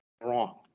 wrong